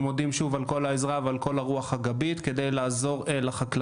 ואנחנו מודים שוב על כל העזרה ועל כל הרוח הגבית בשביל לעזור לחקלאות.